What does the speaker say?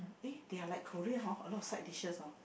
eh they are like Korea hor a lot of side dishes hor